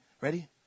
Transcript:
Ready